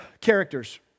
characters